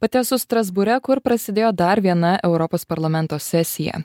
pati esu strasbūre kur prasidėjo dar viena europos parlamento sesija